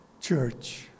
church